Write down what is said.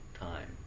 time